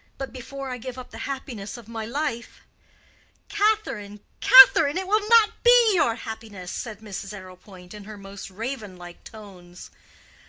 but before i give up the happiness of my life catherine, catherine, it will not be your happiness, said mrs. arrowpoint, in her most raven-like tones.